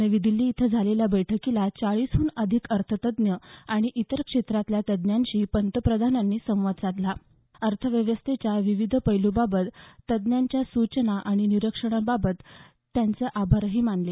नवी दिल्ली इथं झालेल्या बैठकीला चाळीसहून अधिक अर्थतज्ञ आणि इतर क्षेत्रातल्या तज्ञांशी पंतप्रधानांनी संवाद साधला अर्थव्यवस्थेच्या विविध पैलूंबाबत तज्ज्ञांच्या सूचना आणि निरीक्षणांबाबत त्यांचं आभारही मानलं